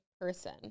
person